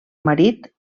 marit